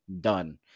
Done